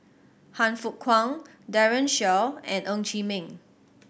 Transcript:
Han Fook Kwang Daren Shiau and Ng Chee Meng